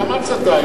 כמה הצתה?